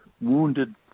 wounded